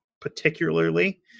particularly